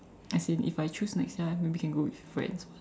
as in if I choose next year I maybe I can go with friends